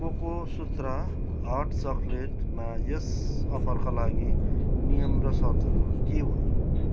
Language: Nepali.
कोकोसुत्रा हट चकलेटमा यस अफरका लागि नियम र सर्तहरू के हुन्